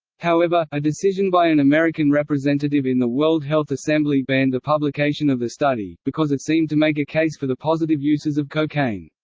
however, a decision by an american representative in the world health assembly banned the publication of the study because it seemed to make a case for the positive uses of cocaine.